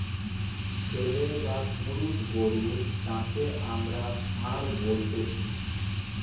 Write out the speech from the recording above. ছেলে বা পুরুষ গরু যাঁকে আমরা ষাঁড় বলতেছি